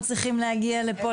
אנחנו 1,000 שנה במקום הזה,